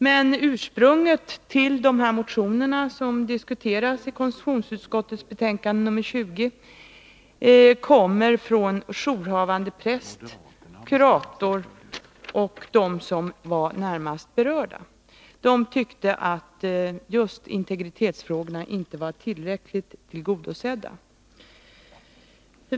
Men ursprunget till de aktuella motionerna, som behandlas i konstitutionsutskottets betänkande nr 20, kommer från jourhavande präst, jourhavande kurator och dem som är närmast berörda. De tyckte att just integritetsaspekten inte var tillräckligt tillgodosedd.